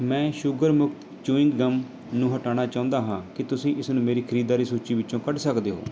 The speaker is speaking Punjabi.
ਮੈਂ ਸ਼ੂਗਰ ਮੁਕਤ ਚਿਊਂਗ ਗਮ ਨੂੰ ਹਟਾਉਣਾ ਚਾਹੁੰਦਾ ਹਾਂ ਕੀ ਤੁਸੀਂ ਇਸਨੂੰ ਮੇਰੀ ਖਰੀਦਦਾਰੀ ਸੂਚੀ ਵਿੱਚੋਂ ਕੱਢ ਸਕਦੇ ਹੋ